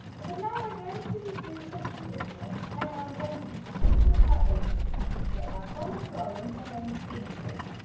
because now we're going to do something different and i'm going to stick with my open string, so i promise you i won't play any fingers,